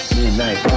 Midnight